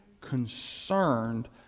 concerned